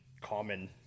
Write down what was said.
common